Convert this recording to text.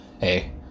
hey